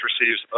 receives